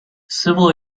civil